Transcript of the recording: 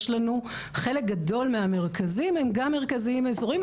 יש לנו חלק גדול מהמרכזים הם גם מרכזים אזוריים,